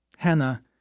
Hannah